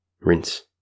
Rinse